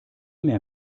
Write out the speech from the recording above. mehr